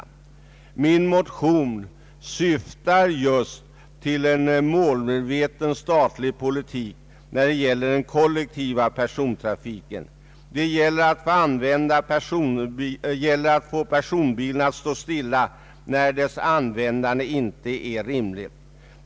Min motion syftar just till en målmedveten statlig politik när det gäller den kollektiva persontrafiken. Det gäller att få personbilen att stå stilla, när dess användande inte är rimligt.